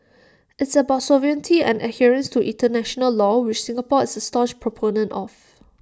it's about sovereignty and adherence to International law which Singapore is A staunch proponent of